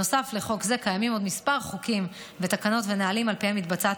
נוסף לחוק זה קיימים עוד כמה חוקים ותקנות ונהלים שעל פיהם מתבצעת